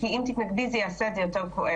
כי אם תתנגדי זה יעשה את זה יותר כואב.